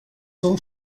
son